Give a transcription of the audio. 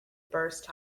burst